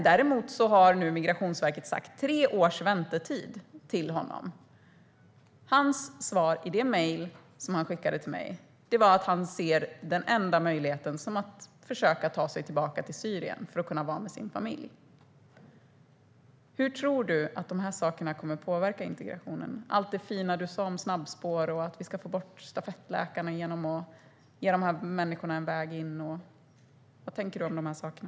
Däremot har Migrationsverket nu sagt att väntetiden är tre år. I hans mejl till mig skrev han att den enda möjligheten han ser för att kunna vara med sin familj är att försöka ta sig tillbaka till Syrien. Hur tror du att de här sakerna kommer att påverka integrationen, allt det fina du sa om snabbspår och att vi ska få bort stafettläkarna genom att ge de här människorna en väg in? Vad tänker du om de sakerna?